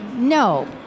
No